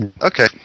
Okay